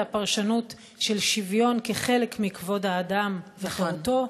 והפרשנות של שוויון כחלק מכבוד האדם וחירותו,